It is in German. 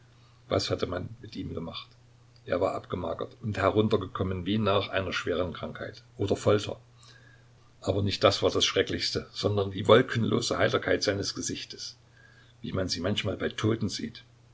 was hatte man mit ihm gemacht er war abgemagert und heruntergekommen wie nach einer schweren krankheit oder folter aber nicht das war das schrecklichste sondern die wolkenlose heiterkeit seines gesichtes wie man sie manchmal bei toten sieht